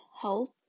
health